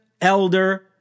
elder